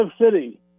City